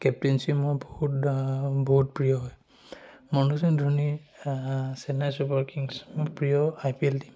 captainship মোৰ বহুত বহুত প্ৰিয় হয় মহেন্দ্ৰ সিং ধোনীৰ চেন্নাই ছুপাৰ কিংছ্ মোৰ প্ৰিয় আই পি এল টীম